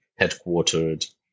headquartered